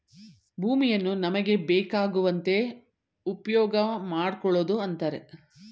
ಭೂಮಿಯನ್ನು ನಮಗೆ ಬೇಕಾಗುವಂತೆ ಉಪ್ಯೋಗಮಾಡ್ಕೊಳೋದು ಅಂತರೆ